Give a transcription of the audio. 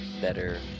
better